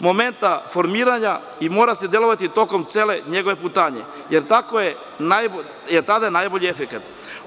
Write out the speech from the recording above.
momenta formiranja i mora se delovati tokom cele njegove putanje, jer je tada najbolji efekat.